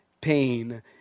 Pain